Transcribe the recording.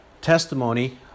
testimony